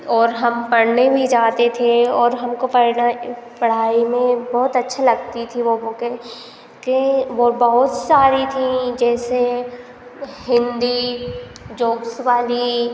और हम पढ़ने भी जाते थे और हमको पढ़ने पढ़ाई में बहुत अच्छी लगती थी वो बुकें के वो बहुत सारी थीं जैसे हिन्दी जोक्स वाली